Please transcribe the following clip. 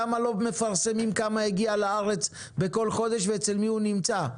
למה לא מפרסמים כמה הגיע לארץ בכל חודש ואצל מי הוא נמצא?